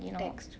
text